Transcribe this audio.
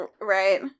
right